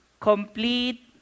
complete